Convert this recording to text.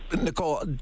Nicole